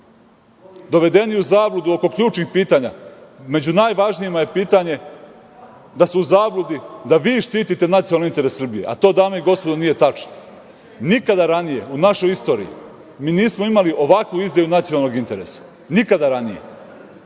dovedeni u zabludu oko ključnih pitanja, među najvažnijima je pitanje da su u zabludi da vi štitite nacionalni interes Srbije, a to, dame i gospodo, nije tačno. Nikada ranije u našoj istoriji mi nismo imali ovakvu izdaju nacionalnog interesa, nikada ranije.